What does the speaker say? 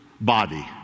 body